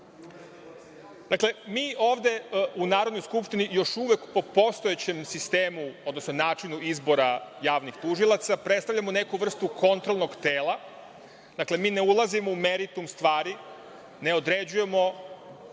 Dakle, mi ovde u Narodnoj skupštini još uvek po postojećem sistemu, odnosno načinu izbora javnih tužilaca predstavljamo neku vrstu kontrolnog tela, dakle, mi ne ulazimo u meritung stvari, ne određujemo